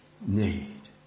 need